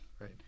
right